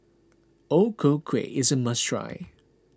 O Ku Kueh is a must try